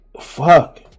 Fuck